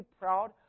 proud